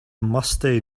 musty